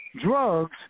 drugs